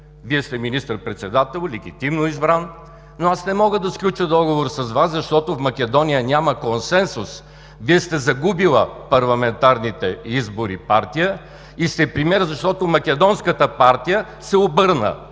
Вие сте министър-председател, легитимно избран, но аз не мога да сключа договор с Вас, защото в Македония няма консенсус. Вие сте партия, загубила парламентарните избори, и сте премиер, защото македонската партия, обърна